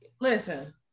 listen